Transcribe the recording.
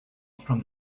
from